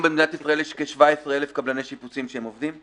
יש כ-17,000 קבלני שיפוצים שעובדים.